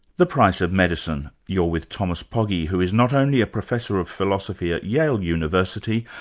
the price of medicine. you're with thomas pogge who is not only a professor of philosophy at yale university,